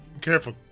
Careful